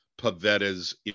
Pavetta's